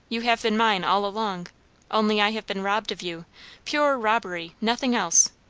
you have been mine all along only i have been robbed of you pure robbery nothing else.